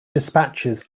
despatches